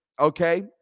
okay